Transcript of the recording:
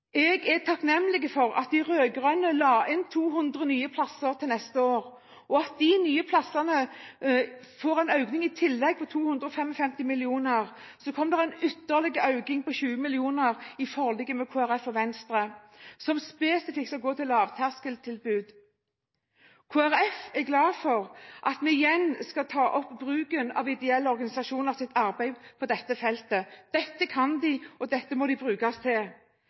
Jeg er takknemlig for at de rød-grønne la inn 200 nye plasser til neste år, og at en får økning i tillegg på 255 mill. kr. Så kom det en ytterligere økning, på 20 mill. kr, i forliket med Kristelig Folkeparti og Venstre, som spesifikt skal gå til lavterskeltilbud. Kristelig Folkeparti er glad for at vi igjen skal få opp bruken av ideelle organisasjoners arbeid på dette feltet. Dette kan de, og dette må de brukes til.